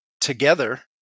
together